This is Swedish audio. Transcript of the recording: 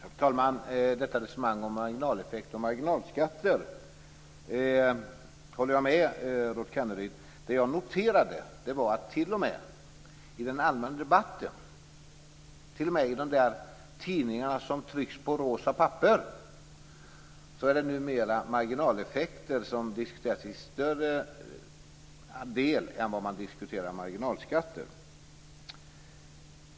Fru talman! Resonemanget om marginaleffekter och marginalskatter håller jag med Rolf Kenneryd om. Vad jag noterade var att det t.o.m. i den allmänna debatten och t.o.m. i de där tidningarna som trycks på rosa papper numera är marginaleffekter som diskuteras till större del än marginalskatter.